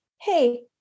hey